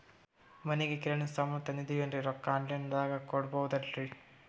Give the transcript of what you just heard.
ಮನಿಗಿ ಕಿರಾಣಿ ಸಾಮಾನ ತಂದಿವಂದ್ರ ರೊಕ್ಕ ಆನ್ ಲೈನ್ ದಾಗ ಕೊಡ್ಬೋದಲ್ರಿ?